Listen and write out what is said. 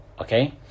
okay